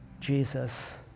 Jesus